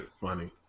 Funny